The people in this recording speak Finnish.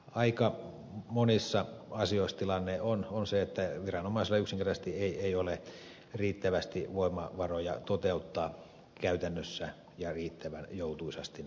aika monissa asioissa tilanne on se että viranomaisilla yksinkertaisesti ei ole riittävästi voimavaroja toteuttaa käytännössä ja riittävän joutuisasti näitä tehtäviä